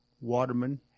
Waterman